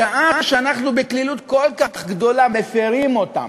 ומשעה שאנחנו בקלילות כל כך גדולה מפֵרים אותם,